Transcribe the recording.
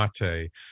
Mate